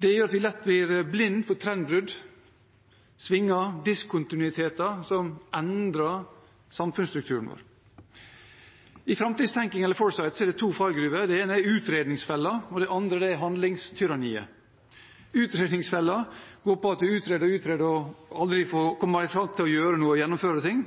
Det gjør at vi lett blir blind for trendbrudd, svinger og diskontinuiteter som endrer samfunnsstrukturen vår. I framtidstenking eller «foresight» er det to fallgruver. Den ene er utredningsfellen, og den andre er handlingstyranniet. Utredningsfellen går på at en utreder og utreder og aldri kommer fram til å gjøre noe og gjennomføre ting.